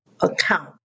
account